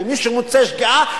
ומי שמוצא שגיאה,